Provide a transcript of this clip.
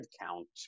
count